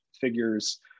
figures